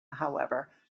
however